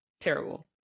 terrible